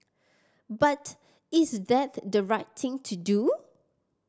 but is that the right thing to do